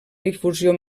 difusió